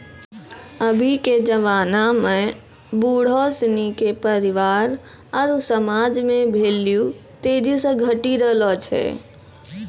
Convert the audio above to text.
अभी के जबाना में बुढ़ो सिनी के परिवार आरु समाज मे भेल्यू तेजी से घटी रहलो छै